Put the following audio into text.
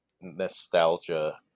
nostalgia